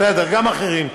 בסדר, גם אחרים,